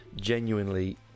genuinely